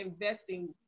investing